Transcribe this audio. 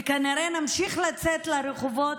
וכנראה שנמשיך לצאת לרחובות,